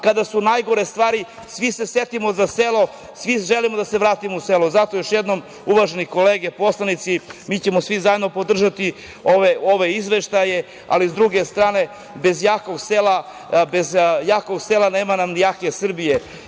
kada su najgore stvari, svi se setimo za selo, svi želimo da se vratimo u selo. Zato još jednom, uvažene kolege poslanici, mi ćemo svi zajedno podržati ove izveštaje, ali sa druge strane, bez jakog sela nema nam jake Srbije.